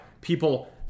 people